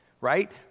right